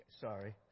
Sorry